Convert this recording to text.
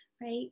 right